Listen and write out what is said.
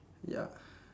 ya